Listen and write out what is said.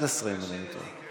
11, אם אני לא טועה.